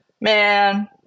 man